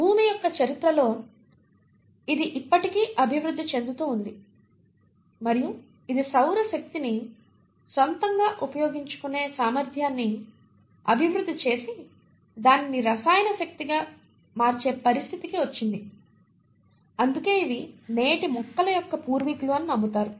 భూమి యొక్క చరిత్రలో ఇది ఇప్పటికీ అభివృద్ధి చెందుతూ ఉంది మరియు ఇది సౌర శక్తిని సొంతంగా ఉపయోగించుకునే సామర్థ్యాన్ని అభివృద్ధి చేసి దానిని రసాయన శక్తిగా మార్చే పరిస్థితికి వచ్చింది అందుకే ఇవి నేటి మొక్కల యొక్క పూర్వీకులు అని నమ్ముతారు